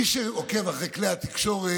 מי שעוקב אחרי כלי התקשורת